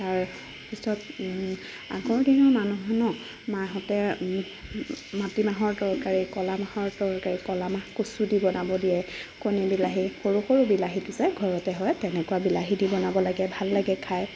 তাৰপিছত আগৰ দিনৰ মানুহ ন মাহতে মাটিমাহৰ তৰকাৰী কলা মাহৰ তৰকাৰী কলামাহ কচু দি বনাব দিয়ে কণ বিলাহী সৰু সৰু বিলাহীটো যে ঘৰতে হয় তেনেকুৱা বিলাহী দি বনাব লাগে ভাল লাগে খায়